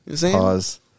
Pause